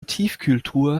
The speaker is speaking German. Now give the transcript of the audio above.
tiefkühltruhe